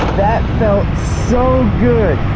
that felt so good.